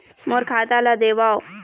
मोर खाता ला देवाव?